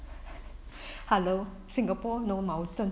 hello singapore no mountain